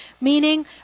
Meaning